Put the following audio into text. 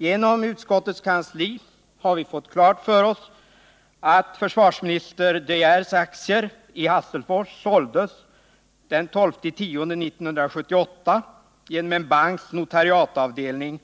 Genom utskottets kansli har vi fått klart för oss att försvarsminister De Geers aktier i Hasselfors såldes den 12 oktober 1978 genom en banks notariatavdelning